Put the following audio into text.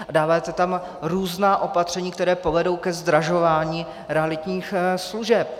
Dáváte tam různá opatření, která povedou ke zdražování realitních služeb.